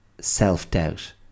self-doubt